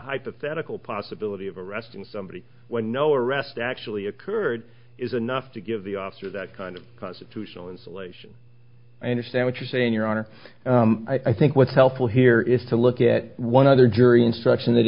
hypothetical possibility arresting somebody when no arrest actually occurred is enough to give the officer that kind of constitutional insulation i understand what you're saying your honor i think what's helpful here is to look at one other jury instruction that